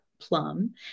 Plum